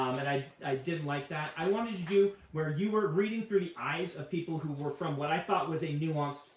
i i didn't like that. i wanted to do where you were reading through the eyes of people who were from what i thought was a nuanced,